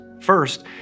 First